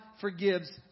forgives